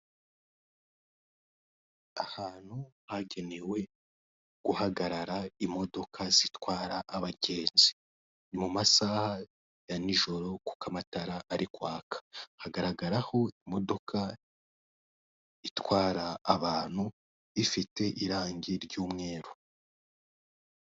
Ahantu hagenewe guhagarara imodoka zitwara abagenzi mu masaha ya nijoro kuko amatara ari kwaka hagaragaraho imodoka itwara abantu ifite irangi ry'umweru.